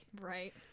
Right